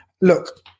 look